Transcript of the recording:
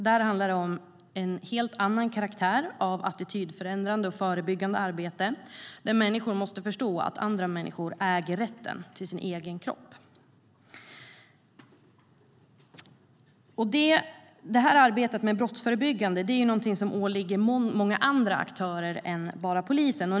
Där är det en helt annan karaktär av attitydförändrande och förebyggande arbete där människor måste förstå att andra människor äger rätten till sin egen kropp. Det brottsförebyggande arbetet åligger många andra aktörer än bara polisen.